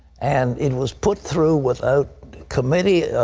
and it was put through without committee